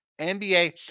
NBA